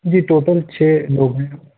جی total چھ لوگ ہیں ہم